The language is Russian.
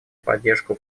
поддержку